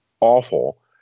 awful